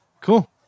cool